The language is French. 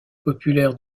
populaire